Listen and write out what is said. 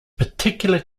particular